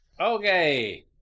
Okay